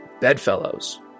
Bedfellows